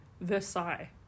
Versailles